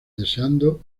deseando